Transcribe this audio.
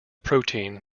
protein